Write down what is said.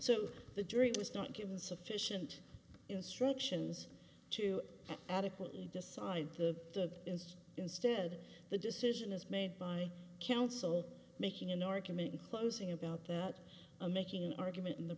so the jury was not given sufficient instructions to adequately decide the ins instead the decision is made by counsel making an argument in closing about that i'm making an argument in the